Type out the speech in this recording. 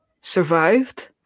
survived